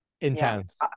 intense